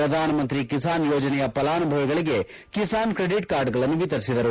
ಪ್ರಧಾನಮಂತಿ ಕಿಸಾನ್ ಯೋಜನೆಯ ಫಲಾನುಭವಿಗಳಿಗೆ ಕಿಸಾನ್ ಕೈಡಿಟ್ ಕಾರ್ಡ್ಗಳನ್ನು ವಿತರಿಸಿದರು